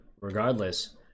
regardless